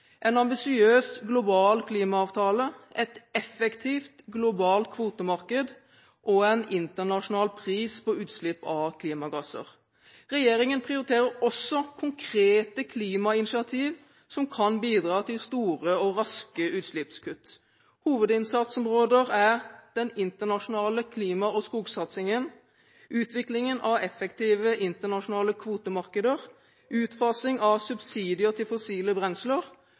en ambisiøs, global klimaavtale, et effektivt, globalt kvotemarked og en internasjonal pris på utslipp av klimagasser. Regjeringen prioriterer også konkrete klimainitiativ som kan bidra til store og raske utslippskutt. Hovedinnsatsområder er den internasjonale klima- og skogsatsingen, utviklingen av effektive internasjonale kvotemarkeder, utfasing av subsidier til fossile brensler,